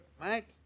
Mike